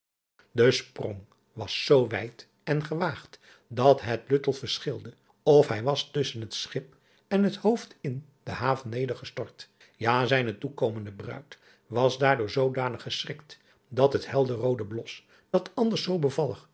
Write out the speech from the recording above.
e sprong was zoo wijd en gewaagd dat het luttel verschilde of hij was tusschen het schip en het hoofd in de haven nedergestort ja zijne toekomende bruid was daardor zoodanig geschrikt dat het helder roode blos dat anders zoo bevallig